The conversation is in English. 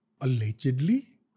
allegedly